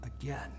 again